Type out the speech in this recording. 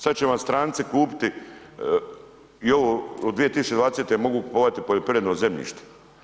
Sada će vam stranci kupiti i ovo od 2020. mogu kupovati poljoprivredno zemljište.